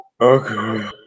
Okay